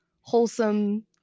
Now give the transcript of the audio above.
wholesome